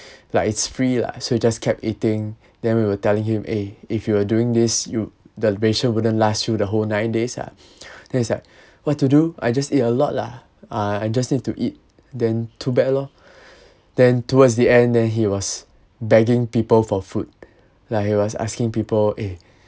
like it's free lah so he just kept eating then we were telling him eh if you were doing this you the ration wouldn't last through the whole nine days lah then he's like what to do I just eat a lot lah I just need to eat then too bad lor then towards the end then he was begging people for food like he was asking people eh